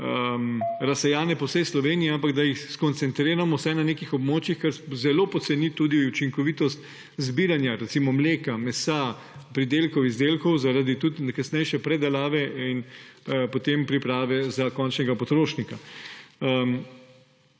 razsejanih po vsej Sloveniji, ampak da jih skoncentriramo vsaj na nekih območjih, kar zelo poceni tudi učinkovitost zbiranja, recimo, mleka, mesa, pridelkov, izdelkov zaradi tudi kasnejše predelave in potem priprave za končnega potrošnika.